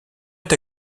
est